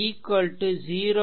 0